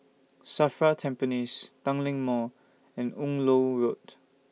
SAFRA Tampines Tanglin Mall and Yung Loh Road